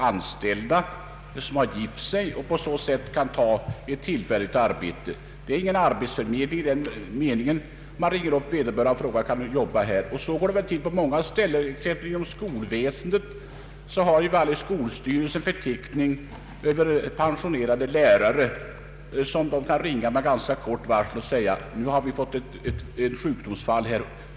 anställda som har gift sig och tar ett tillfälligt arbete. Det är ingen arbetsförmedling i den här meningen. Man ringer upp vederbörande och frågar: ”Kan du jobba här?” Så går det väl till på många ställen. Inom skolväsendet har varje skolstyrelse en förteckning över pensionerade lärare som man kan ringa med ganska kort varsel och säga: ”Nu har vi fått ett sjukdomsfall här.